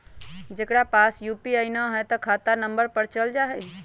जेकरा पास यू.पी.आई न है त खाता नं पर चल जाह ई?